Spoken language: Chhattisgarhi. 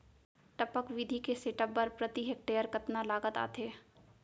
टपक विधि के सेटअप बर प्रति हेक्टेयर कतना लागत आथे?